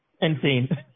insane